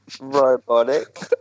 robotic